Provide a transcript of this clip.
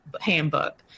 handbook